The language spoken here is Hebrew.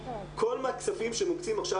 כל מצבים שמוקצים עכשיו